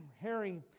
Harry